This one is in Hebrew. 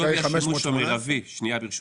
שווי השימוש המירבי, שנייה ברשותך.